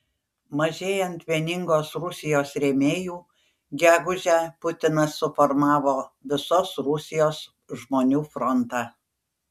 mažėjant vieningos rusijos rėmėjų gegužę putinas suformavo visos rusijos žmonių frontą